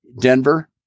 Denver